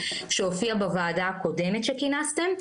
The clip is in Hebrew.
שהופיע בוועדה הקודמת שכינסתם,